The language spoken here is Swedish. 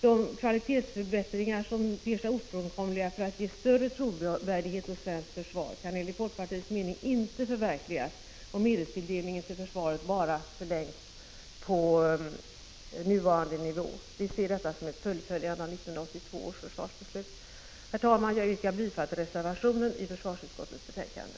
De kvalitetsförbättringar som ter sig ofrånkomliga för att ge större trovärdighet åt svenskt försvar kan enligt folkpartiets mening inte förverkligas om medeltillsdelningen till försvaret bara fortsätter på nuvarande nivå. Vi ser detta som ett fullföljande av 1982 års försvarsbeslut. Herr talman! Jag yrkar bifall till reservationen i försvarsutskottets betänkande.